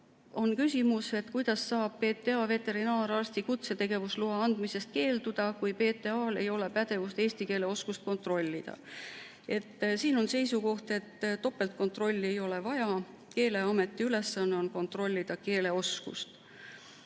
ka küsimus, kuidas saab PTA veterinaararsti kutsetegevuse loa andmisest keelduda, kui PTA‑l ei ole pädevust eesti keele oskust kontrollida. Siin on seisukoht, et topeltkontrolli ei ole vaja. Keeleameti ülesanne on kontrollida keeleoskust.